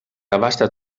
abasta